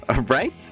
Right